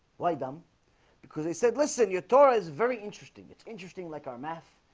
why dumb because they said listen your torah is very interesting it's interesting like our math,